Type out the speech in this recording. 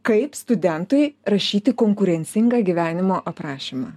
kaip studentui rašyti konkurencingą gyvenimo aprašymą